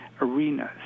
arenas